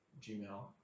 gmail